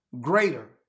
greater